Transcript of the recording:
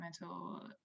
mental